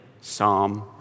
psalm